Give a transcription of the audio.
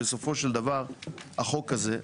בסופו של דבר החוק הזה,